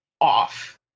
off